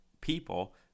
people